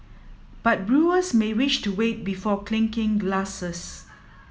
but brewers may wish to wait before clinking glasses